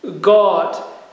God